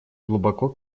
глубоко